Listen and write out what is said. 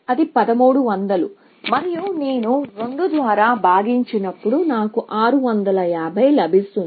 కాబట్టి అది 1300 మరియు నేను 2 ద్వారా భాగించినప్పుడు నాకు 650 లభిస్తుంది